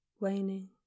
waning